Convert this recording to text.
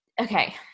okay